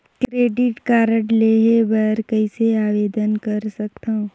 Credit card लेहे बर कइसे आवेदन कर सकथव?